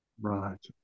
Right